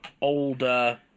older